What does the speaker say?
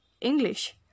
English